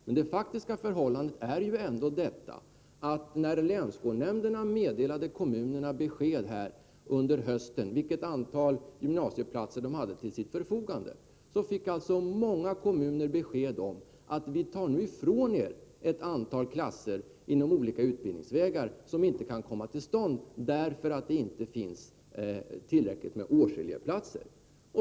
Men det faktiska förhållandet är ju ändå följande: När länsskolnämnderna under hösten meddelade kommunerna vilket antal gymnasieplatser de hade till sitt förfogande fick många kommuner besked om att de inom olika utbildningsvägar fråntogs ett antal platser som inte kunde komma till stånd därför att det inte fanns tillräckligt med årselevplatser.